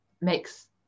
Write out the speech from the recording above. makes